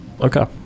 Okay